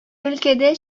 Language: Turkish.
ülkede